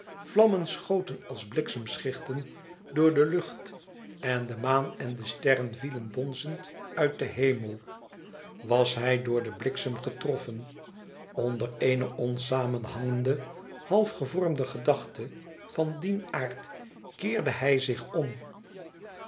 vlammen schoten als bliksemschichten door de lucht en de maan en de sterren vielen bonzend uit den hemel was hij door den bliksem getroffen onder eene onsamenhangende half gevormde gedachte van dien aard keerde hij zich om